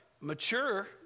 mature